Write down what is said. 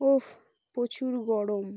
উফ প্রচুর গরম